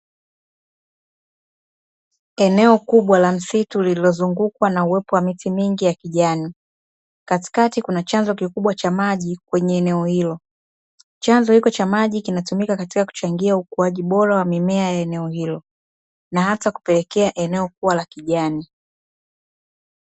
Eneo kubwa la msitu lililozungukwa na uwepo wa miti mingi ya kijani, katikati kuna chanzo kikubwa cha maji kwenye eneo hilo, chanzo hiko cha maji kinatumika katika kuchangia ukuaji bora wa mimea ya eneo hilo na hata kupelekea eneo kuwa la kijani.